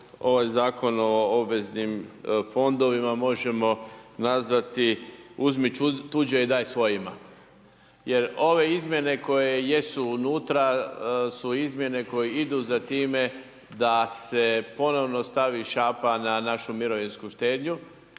ovaj Zakon o obveznim fondovima možemo nazvati, uzmi tuđe i daj svojima, jer ove izmjene koje jesu unutra su izmjene koje idu za time da se ponovo stavi šapa na našu mirovinsku štednju